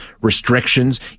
restrictions